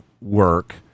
work